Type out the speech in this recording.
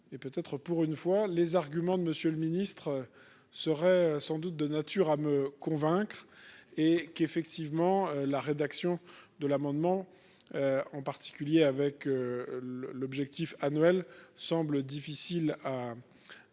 et peut être pour une fois les arguments de Monsieur le Ministre. Serait sans doute de nature à me convaincre et qui effectivement la rédaction de l'amendement. En particulier avec le l'objectif annuel semble difficile à.